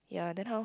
ya then how